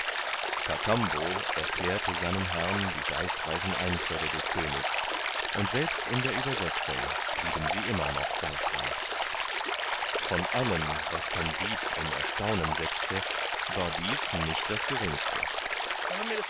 kakambo erklärte seinem herrn die geistreichen einfälle des königs und selbst in der uebersetzung bleiben sie immer noch geistreich von allem was kandid in erstaunen setzte war dies nicht das geringste